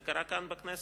זה קרה כאן בכנסת.